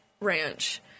ranch